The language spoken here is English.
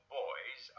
boys